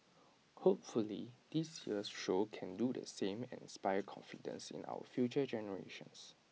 hopefully this year's show can do the same and inspire confidence in our future generations